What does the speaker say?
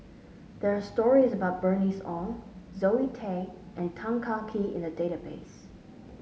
there are stories about Bernice Ong Zoe Tay and Tan Kah Kee in the database